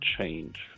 change